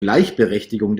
gleichberechtigung